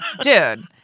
Dude